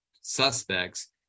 suspects